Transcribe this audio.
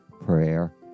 prayer